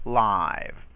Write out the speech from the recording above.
live